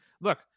look